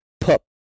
pup